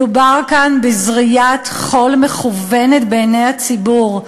מדובר כאן בזריית חול מכוונת בעיני הציבור.